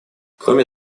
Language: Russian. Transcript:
кроме